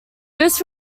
this